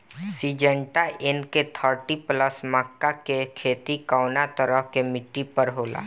Syngenta NK thirty plus मक्का के के खेती कवना तरह के मिट्टी पर होला?